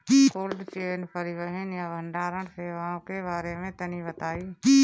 Cold chain परिवहन या भंडारण सेवाओं के बारे में तनी बताई?